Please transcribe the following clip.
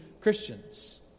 Christians